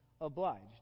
obliged